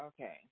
okay